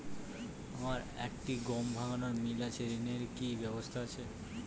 আমার একটি গম ভাঙানোর মিল আছে ঋণের কি ব্যবস্থা আছে?